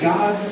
God